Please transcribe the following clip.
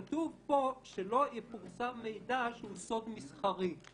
כתוב פה שלא יפורסם מידע שהוא סוד מסחרי.